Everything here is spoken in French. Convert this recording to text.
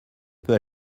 peux